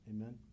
Amen